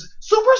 super